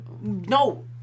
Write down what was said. No